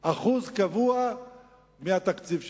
שיעור קבוע מהתקציב שלהם.